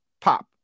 pop